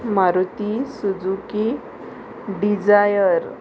Maruti Suzuki Dzire